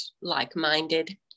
like-minded